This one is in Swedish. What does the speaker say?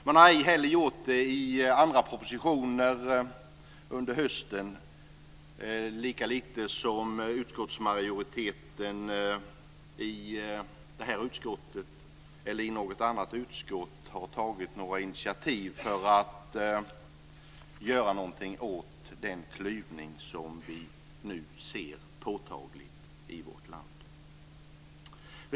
Man har ej heller gjort det i andra propositioner under hösten, lika litet som utskottsmajoriteten i det här utskottet eller i något annat utskott har tagit några initiativ för att göra någonting åt den klyvning som vi nu ser påtagligt i vårt land.